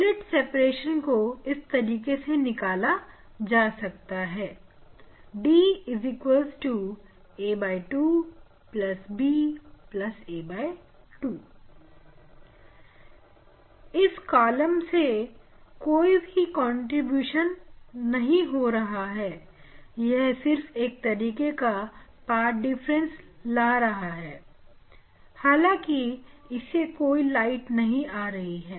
slit separation को इस तरीके से निकाला जा सकता है d a2 b a2 इस कॉलम से कोई भी कंट्रीब्यूशन नहीं हो रहा है यह सिर्फ एक तरह का पाठ डिफरेंस ला रहा है हालांकि इससे कोई लाइट नहीं आ रही है